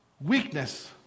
Weakness